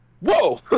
whoa